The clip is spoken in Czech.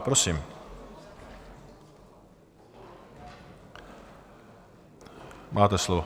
Prosím, máte slovo.